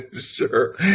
Sure